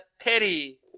Terry